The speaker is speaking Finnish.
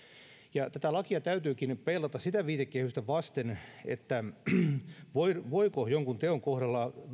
ja sotarikoksia tätä lakia täytyykin peilata sitä viitekehystä vasten voiko jonkun teon kohdalla